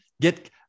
Get